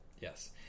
yes